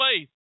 faith